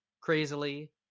crazily